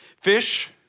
Fish